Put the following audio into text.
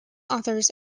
authors